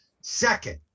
Second